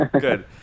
Good